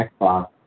Xbox